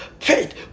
Faith